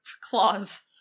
claws